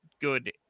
good